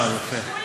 יפה.